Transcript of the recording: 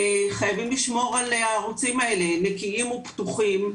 חייבים לשמור על הערוצים האלה נקיים ופתוחים,